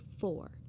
four